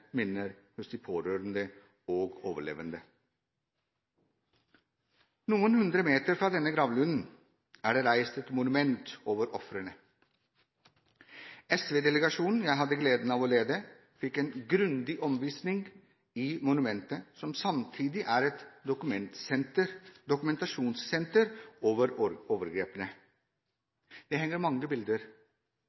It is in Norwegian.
minner hos de pårørende og overlevende. Noen hundre meter fra denne gravlunden er det reist et monument over ofrene. SV-delegasjonen jeg hadde gleden av å lede, fikk en grundig omvisning i monumentet, som samtidig er et dokumentasjonssenter over overgrepene. Det henger mange bilder